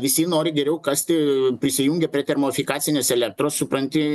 visi nori geriau kasti prisijungę prie termofikacinės elektros supranti